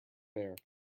bare